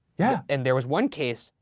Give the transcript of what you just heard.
yeah. and there was one case,